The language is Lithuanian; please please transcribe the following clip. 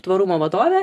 tvarumo vadovė